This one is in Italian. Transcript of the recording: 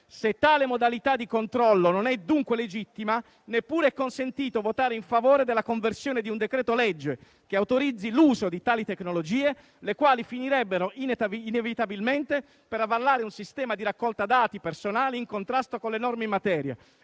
Se tale modalità di controllo non è dunque legittima, non è neppure consentito votare in favore della conversione di un decreto-legge che autorizzi l'uso di tali tecnologie, le quali finirebbero inevitabilmente per avallare un sistema di raccolta dati personali in contrasto con le norme in materia.